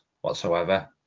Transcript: whatsoever